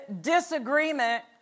disagreement